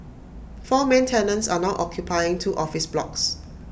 four main tenants are now occupying two office blocks